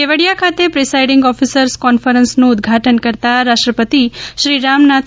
કેવડીયા ખાતે presiding officers કોન્ફરન્સનું ઉદઘાટન કરતા રાષ્ટ્રપતિ શ્રી રામનાથ